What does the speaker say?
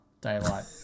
daylight